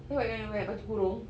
then what you want to wear baju kurung